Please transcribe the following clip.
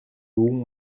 room